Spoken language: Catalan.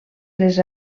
les